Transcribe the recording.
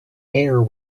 air